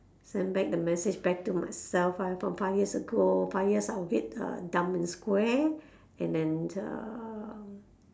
send back the message back to myself five from five years ago five years I a bit uh dumb and square and then uh